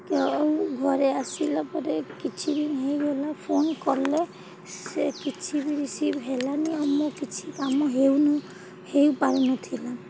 ଘରେ ଆସିଲା ପରେ କିଛି ଦିନ ହୋଇଗଲା ଫୋନ୍ କଲେ ସେ କିଛି ବି ରିସିଭ୍ ହେଲାନି ଆଉ ମୋ କିଛି କାମ ହେଉନି ହୋଇପାରୁନଥିଲା